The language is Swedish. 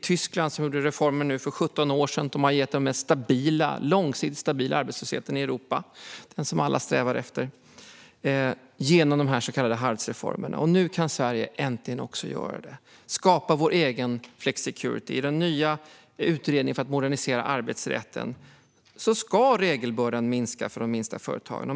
Tyskland genomförde denna reform för 17 år sedan, och det har gett den långsiktigt mest stabila arbetslösheten i Europa och som alla strävar efter. Nu kan Sverige äntligen också göra det och skapa vår egen flexicurity. Enligt den nya utredningen för att modernisera arbetsrätten ska regelbördan minska för de minsta företagen.